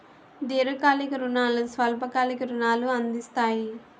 దీర్ఘకాలిక రుణాలు స్వల్ప కాలిక రుణాలు అందిస్తాయి